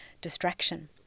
distraction